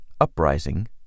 Uprising